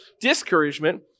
discouragement